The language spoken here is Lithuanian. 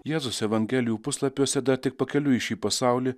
jėzus evangelijų puslapiuose dar tik pakeliui į šį pasaulį